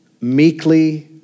meekly